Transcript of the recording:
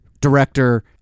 director